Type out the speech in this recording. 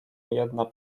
jedna